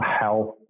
health